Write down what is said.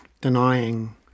denying